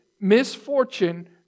misfortune